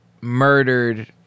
murdered